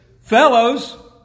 fellows